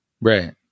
right